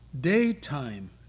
daytime